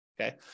okay